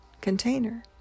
container